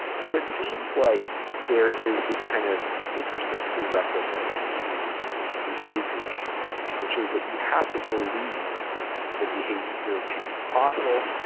so, it seems like there is this kind of interesting prerequisites to behavior change which is that you have to believe that behavior change is possible,